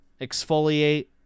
exfoliate